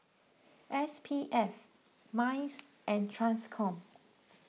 S P F Mice and Transcom